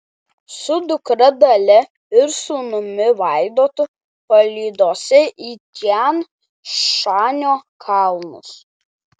su dukra dalia ir sūnumi vaidotu palydose į tian šanio kalnus